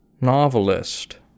novelist